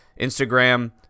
Instagram